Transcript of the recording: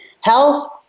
Health